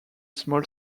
small